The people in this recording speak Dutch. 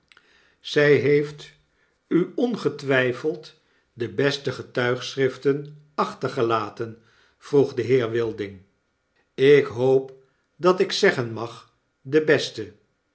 zij heeft u ongetwijfeld de beste getuigschriften achtergelaten p vroeg de heer wilding ik hoop dat ik zeggen mag de beste